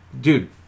Dude